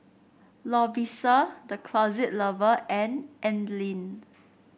Lovisa The Closet Lover and Anlene